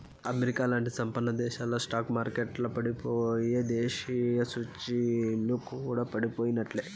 అమెరికాలాంటి సంపన్నదేశాల స్టాక్ మార్కెట్లల పడిపోయెనా, దేశీయ సూచీలు కూడా పడిపోయినట్లే